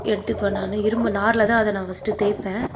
எடுத்துக்குவேன் நான் இரும்பு நாரில் தான் அதை நான் ஃபர்ஸ்டு தேய்பேன்